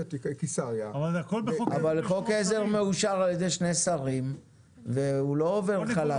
אבל חוק עזר מאושר על ידי שני שרים והוא לא עובר חלק.